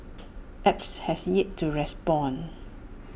apps has yet to respond